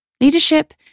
leadership